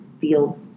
feel